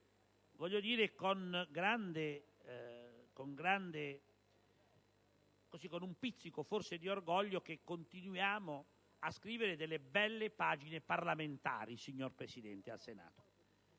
Voglio dire con un pizzico di orgoglio che in Senato continuiamo a scrivere delle belle pagine parlamentari, signor Presidente. La